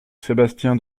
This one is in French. sébastien